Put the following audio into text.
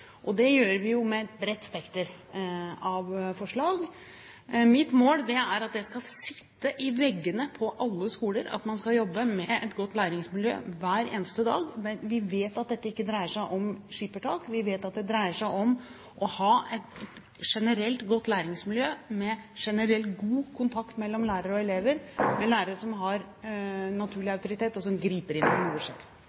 mobbesaker. Det gjør vi jo med et bredt spekter av forslag. Mitt mål er at det skal sitte i veggene på alle skoler at man skal jobbe med et godt læringsmiljø hver eneste dag. Vi vet at dette ikke dreier seg om skippertak. Vi vet at det dreier seg om å ha et generelt godt læringsmiljø med generelt god kontakt mellom lærere og elever, med lærere som har en naturlig